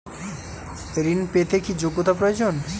ঋণ পেতে কি যোগ্যতা প্রয়োজন?